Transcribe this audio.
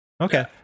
okay